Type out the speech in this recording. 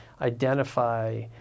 identify